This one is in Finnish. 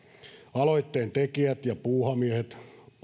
aloitteen tekijät ja puuhamiehet on